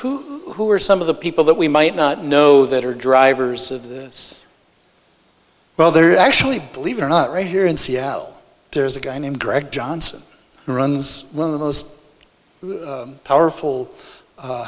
who who are some of the people that we might not know that are drivers it's well they're actually believe it or not right here in seattle there's a guy named greg johnson who runs one of those powerful